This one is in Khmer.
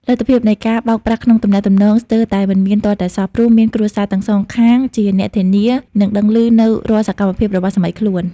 លទ្ធភាពនៃការបោកប្រាស់ក្នុងទំនាក់ទំនងស្ទើរតែមិនមានទាល់តែសោះ ព្រោះមានគ្រួសារទាំងសងខាងជាអ្នកធានា និងដឹងឮនូវរាល់សកម្មភាពរបស់សាមីខ្លួន។